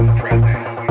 present